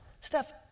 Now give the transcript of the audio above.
Steph